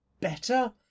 better